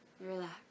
Relax